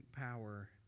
power